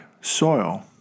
soil